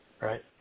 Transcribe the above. Right